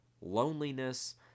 loneliness